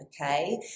okay